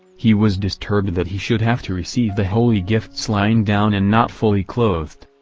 he was disturbed that he should have to receive the holy gifts lying down and not fully clothed.